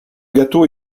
gâteau